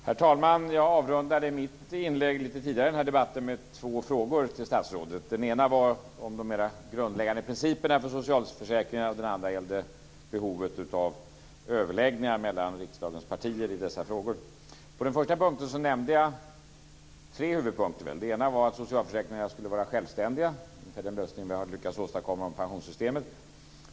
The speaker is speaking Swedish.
Herr talman! Jag avrundade mitt inlägg tidigare i debatten med två frågor till statsrådet. Den ena var om de mera grundläggande principerna för socialförsäkringarna, och den andra gällde behovet av överläggningar mellan riksdagens partier i dessa frågor. På den första punkten nämnde jag tre huvudpunkter. Den ena var att försäkringarna skulle kunna vara självständiga, ungefär som den lösning som vi har lyckats åstadkomma på pensionssystemet.